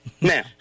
Now